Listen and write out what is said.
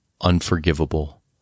unforgivable